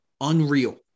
unreal